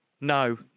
No